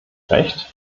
recht